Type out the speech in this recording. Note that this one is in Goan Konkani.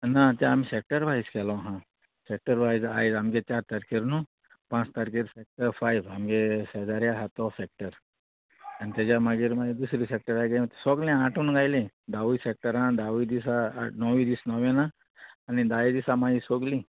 ना तें आमी सेक्टर वायज केलो आहा सेक्टर वायज आयज आमगे चार तारखेर न्हू पांच तारकेर सेक्टर फायव आमगे शेजारी आहा तो सॅक्टर आनी तेज्या मागीर मागीर दुसरे सॅक्टराचे सोगले आठून गायले दावूय सेक्टरां धावूय दिसा आठ णवूय दीस नवे ना आनी धावे दिसा मागीर सोगलीं